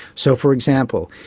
so, for example,